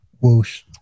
whoosh